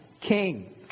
king